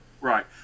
Right